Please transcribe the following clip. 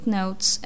notes